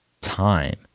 time